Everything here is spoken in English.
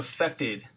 affected